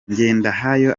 ngendahayo